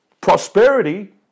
prosperity